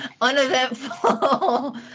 uneventful